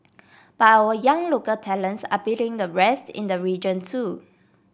but our young local talents are beating the rest in the region too